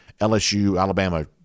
LSU-Alabama